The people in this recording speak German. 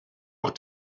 auch